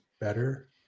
better